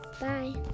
Bye